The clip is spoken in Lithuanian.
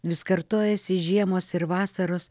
vis kartojasi žiemos ir vasaros